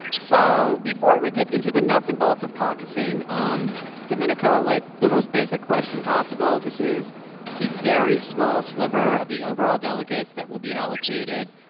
so before we get into the nuts and bolts of caucusing, um domenico, like, the most basic question possible this is a very small sliver of the overall delegates that will be allocated.